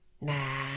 nah